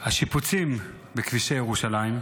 השיפוצים בכבישי ירושלים.